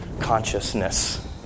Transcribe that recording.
consciousness